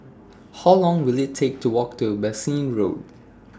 How Long Will IT Take to Walk to Bassein Road